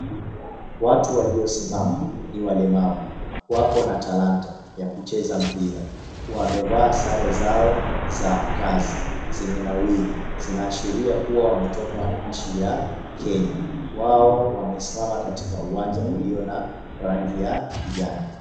Watu waliosimama ni walemavu. Wako na talanta ya kucheza mpira. Wamevaa sare zao za kazi zimenawiri zinaashiria kuwa wametoka nchi ya Kenya. Wao wamesimama katika uwanja ulio na rangi ya kijani.